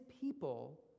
people